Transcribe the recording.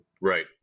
Right